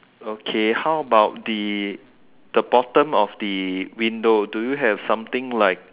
okay how about the the bottom of the window do you have something like